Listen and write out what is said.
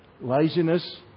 Laziness